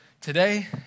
today